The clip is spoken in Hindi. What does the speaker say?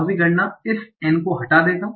प्रभावी गणना इस N को हटा देंगा